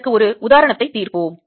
இதற்கு ஒரு உதாரணத்தை தீர்ப்போம்